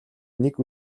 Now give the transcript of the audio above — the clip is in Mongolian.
нэг